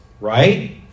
right